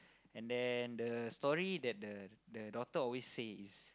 and then the story that the the daughter always say is